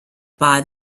buy